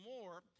more